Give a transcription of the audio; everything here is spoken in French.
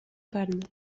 palmes